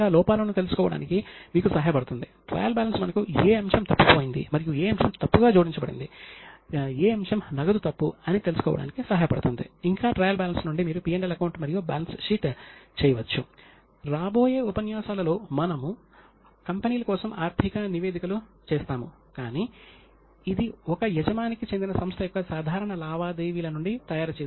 కాబట్టి నేను ఏమి చెప్పడానికి ప్రయత్నిస్తున్నాను అంటే భారతదేశానికి జిడిపి రూపంలో కూడా చూడవచ్చు దీనితో మన చర్చను కాస్త ఆపుతాము